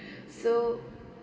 so